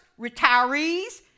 retirees